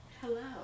Hello